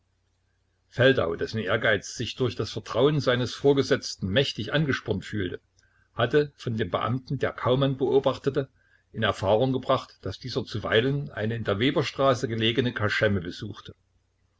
feldau dessen ehrgeiz sich durch das vertrauen seines vorgesetzten mächtig angespornt fühlte hatte von dem beamten der kaumann beobachtete in erfahrung gebracht daß dieser zuweilen eine in der weberstraße gelegene kaschemme besuchte